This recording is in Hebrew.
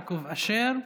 תודה, חבר הכנסת יעקב אשר.